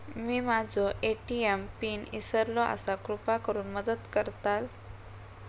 मी माझो ATM pin इसरलो आसा कृपा करुन मदत करताल